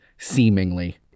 Seemingly